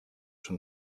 from